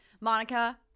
monica